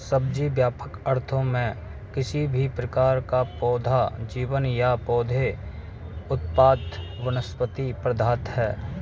सब्जी, व्यापक अर्थों में, किसी भी प्रकार का पौधा जीवन या पौधे उत्पाद वनस्पति पदार्थ है